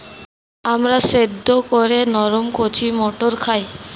আমরা সেদ্ধ করে নরম কচি মটর খাই